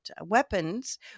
weapons